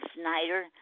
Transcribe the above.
Snyder